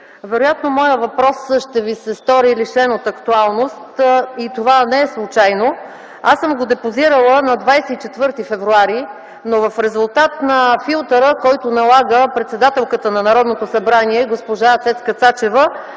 вероятно моят въпрос ще Ви се стори лишен от актуалност и това не е случайно. Аз съм го депозирала на 24 февруари, но в резултат на филтъра, който налага председателката на Народното събрание госпожа Цецка Цачева,